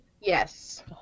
Yes